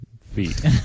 feet